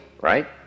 right